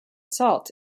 salt